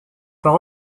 par